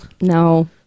No